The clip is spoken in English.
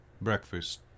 breakfast